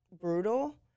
brutal